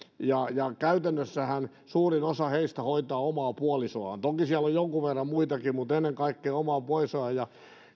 ja käytännössähän suurin osa heistä hoitaa omaa puolisoaan toki siellä on jonkun verran muitakin mutta ennen kaikkea omaa puolisoaan